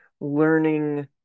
learning